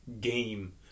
game